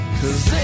cause